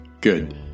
Good